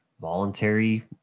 voluntary